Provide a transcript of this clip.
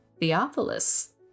Theophilus